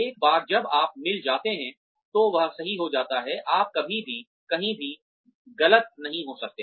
एक बार जब आप मिल जाते हैं तो वह सही होता है आप कभी भी कहीं और भी गलत नहीं हो सकते